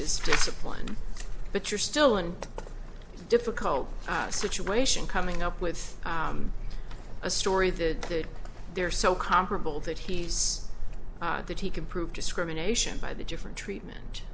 as discipline but you're still an difficult situation coming up with a story that they're so comparable that he says that he can prove discrimination by the different treatment